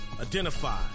identify